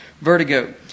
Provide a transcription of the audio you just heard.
Vertigo